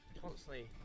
Constantly